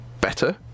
better